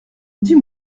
dis